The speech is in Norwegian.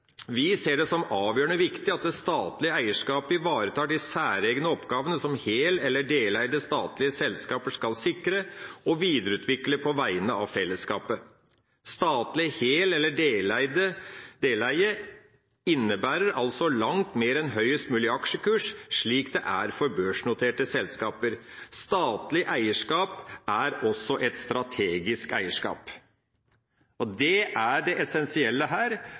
vi «ser det som avgjørende viktig at det statlige eierskapet ivaretar de særegne oppgavene som hel- eller deleide statlige selskaper skal sikre og videreutvikle på vegne av fellesskapet. Statlig hel- eller deleie innebærer altså langt mer enn høyest mulig aksjekurs slik det er for børsnoterte selskaper. Statlig eierskap er også et strategisk eierskap.» Det er det essensielle her